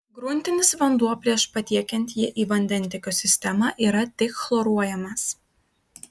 gruntinis vanduo prieš patiekiant jį į vandentiekio sistemą yra tik chloruojamas